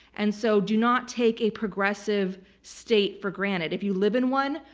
and so do not take a progressive state for granted. if you live in one,